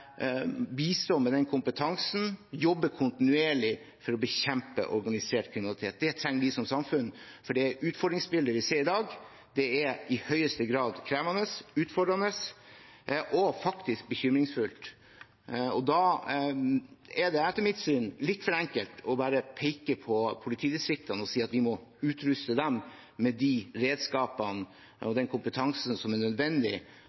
bistå med kompetansen og jobbe kontinuerlig for å bekjempe organisert kriminalitet. Det trenger vi som samfunn, for det utfordringsbildet vi ser i dag, er i høyeste grad krevende, utfordrende, og faktisk bekymringsfullt. Det er etter mitt syn litt for enkelt bare å peke på politidistriktene og si at vi må utruste dem med de redskapene og den kompetansen som er nødvendig